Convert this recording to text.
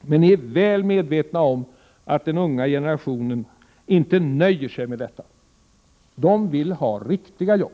Men ni torde vara väl medvetna om att den unga generationen inte nöjer sig med detta. Den vill har riktiga jobb.